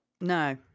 No